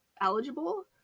eligible